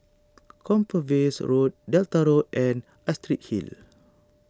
Compassvale Road Delta Road and Astrid Hill